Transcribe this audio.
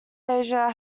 asia